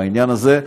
בעניין הזה,